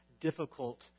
difficult